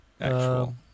Actual